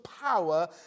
power